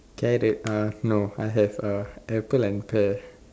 carrot uh no I have a apple and pear